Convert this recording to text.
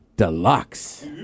Deluxe